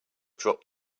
dropped